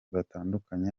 batandukanye